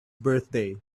birthday